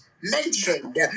mentioned